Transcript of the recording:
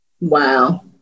Wow